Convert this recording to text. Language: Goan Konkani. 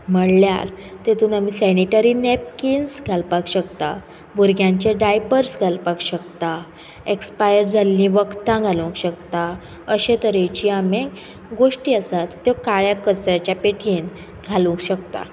म्हणल्यार तेतून आमी सॅनिटरी नॅपकिन्स घालपाक शकता भुरग्यांचे डायपर्स घालपाक शकता एक्सापायर जाल्ली वखदां घालूंक शकता अशे तरेची आमी गोश्टी आसात त्यो काळ्या कचऱ्याच्या पेटयेन घालूंक शकता